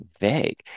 vague